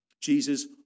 Jesus